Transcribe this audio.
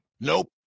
Nope